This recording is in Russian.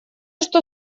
что